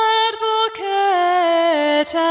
advocate